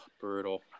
brutal